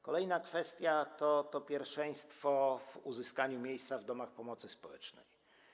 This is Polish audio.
Kolejna kwestia dotyczy pierwszeństwa w uzyskaniu miejsca w domach pomocy społecznej.